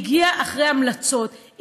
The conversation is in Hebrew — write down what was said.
היא הגיעה אחרי המלצות,